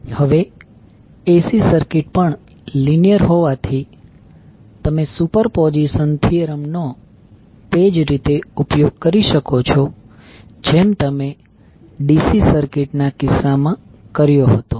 હવે AC circuit પણ linear હોવાથી તમે સુપરપોઝિશન થીયરમ નો તે જ રીતે ઉપયોગ કરી શકો છો જેમ તમે DC સર્કિટના કિસ્સામાં કર્યો હતો